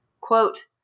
Quote